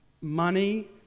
money